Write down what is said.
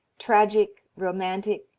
tragic, romantic,